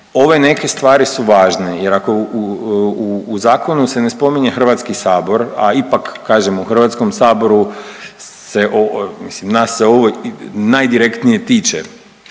ove neke stvari su važne jer ako u zakonu se ne spominje Hrvatski sabor, a ipak kažem u Hrvatskom saboru se, mislim nas se ovo najdirektnije tiče.